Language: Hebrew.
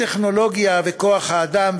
הטכנולוגיה וכוח-האדם,